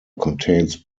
contains